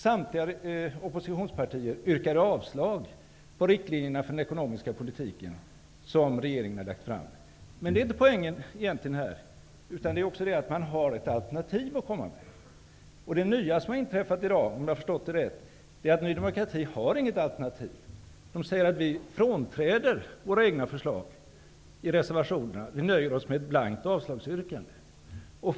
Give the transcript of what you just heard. Samtliga oppositionspartier yrkade avslag på de riktlinjer för den ekonomiska politiken som regeringen hade lagt fram. Det är egentligen inte det som är poängen här, utan det är att man har ett alternativ att komma med. Det nya som har inträffat i dag är att Ny demokrati inte har något alternativ. De säger att de frånträder sina egna förslag i reservationerna och nöjer sig med ett blankt avslagsyrkande.